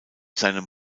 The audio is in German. seinem